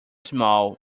small